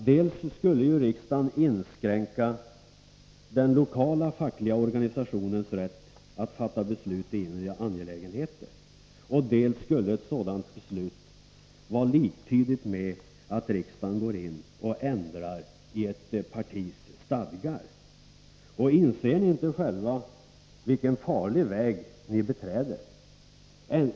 Dels skulle ju riksdagen inskränka den lokala fackliga organisationens rätt att fatta beslut i inre angelägenheter, dels skulle ett sådant beslut vara liktydigt med att riksdagen går in och ändrar i ett partis stadgar. Inser ni inte själva vilken farlig väg ni beträder?